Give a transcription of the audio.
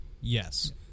Yes